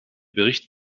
bericht